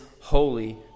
holy